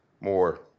more